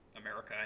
America